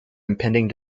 impending